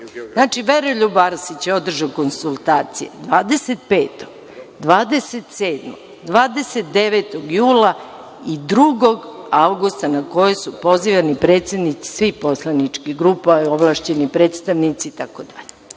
Znači, Veroljub Arsić je održao konsultacije 25,27, 29. jula i 2. avgusta na koje su pozivani predsednici svih poslaničkih grupa, ovlašćeni predstavnici itd.